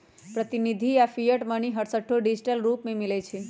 प्रतिनिधि आऽ fiat money हरसठ्ठो डिजिटल रूप में मिलइ छै